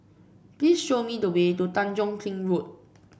please show me the way to Tanjong Kling Road